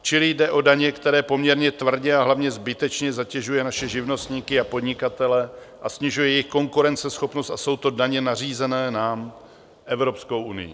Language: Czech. Čili jde o daně, které poměrně tvrdě a hlavně zbytečně zatěžují naše živnostníky a podnikatele a snižují jejich konkurenceschopnost, a jsou to daně nařízené nám Evropskou unií.